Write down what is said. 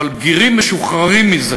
בגירים משוחררים מזה